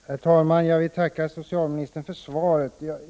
Herr talman! Jag tackar socialministern för svaret.